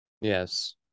Yes